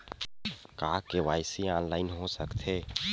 का KYC online हो सकथे?